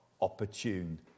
opportune